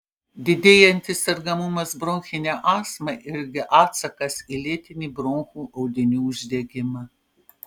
didėjantis sergamumas bronchine astma irgi atsakas į lėtinį bronchų audinių uždegimą